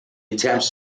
attempts